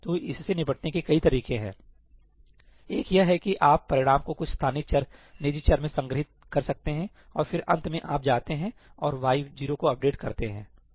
तो इससे निपटने के कई तरीके हैं एक यह है कि आप परिणाम को कुछ स्थानीय चर निजी चर में संग्रहीत कर सकते हैं और फिर अंत में आप जाते हैं और y 0 को अपडेट करते हैं सही